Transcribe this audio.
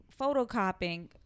photocopying